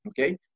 okay